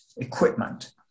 equipment